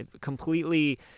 completely